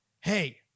Hey